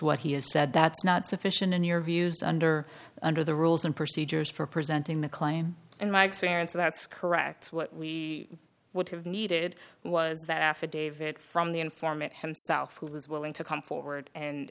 what he has said that's not sufficient in your views under under the rules and procedures for presenting the claim in my experience that's correct what we would have needed was that affidavit from the informant himself who was willing to come forward and